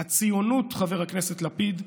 "הציונות" חבר הכנסת לפיד,